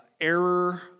error